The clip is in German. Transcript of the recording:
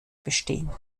bestehen